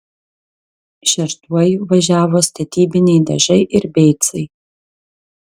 šeštuoju važiavo statybiniai dažai ir beicai